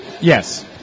Yes